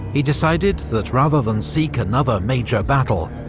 he decided that rather than seek another major battle,